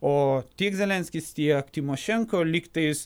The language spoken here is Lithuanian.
o tiek zelenskis tiek tymošenko lyg tais